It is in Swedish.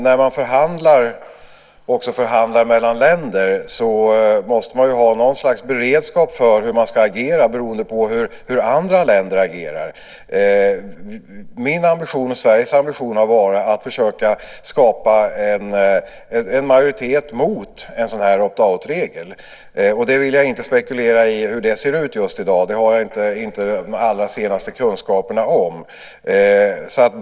När man förhandlar, också mellan länder, måste man ju ha något slags beredskap för hur man ska agera beroende på hur andra länder agerar. Min och Sveriges ambition har varit att försöka skapa en majoritet mot en sådan här opt out regel. Jag vill inte spekulera i hur det ser ut just i dag - jag har inte de allra senaste kunskaperna om det.